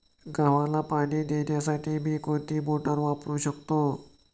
गव्हाला पाणी देण्यासाठी मी कोणती मोटार वापरू शकतो?